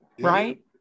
right